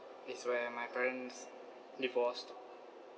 it's where my parents divorced